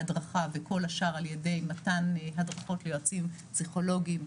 בהדרכה וכל השאר על ידי מתן הדרכות ליועצים פסיכולוגיים,